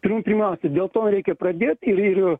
pirmų pirmiausia dėl to reikia pradėt ir ir